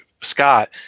Scott